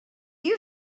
you